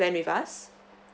plan with us